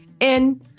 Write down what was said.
And-